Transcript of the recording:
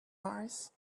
mars